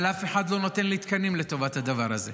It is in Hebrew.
אבל אף אחד לא נותן לי תקנים לטובת הדבר הזה.